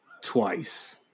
twice